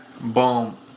boom